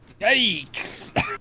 Yikes